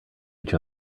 each